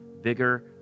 bigger